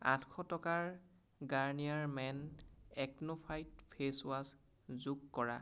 আঠশ টকাৰ Garnier men AcnoFight face wash যোগ কৰা